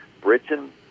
Britain